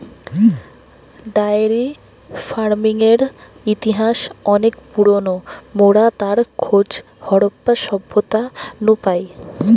diary ফার্মিংয়ের ইতিহাস অনেক পুরোনো, মোরা তার খোঁজ হারাপ্পা সভ্যতা নু পাই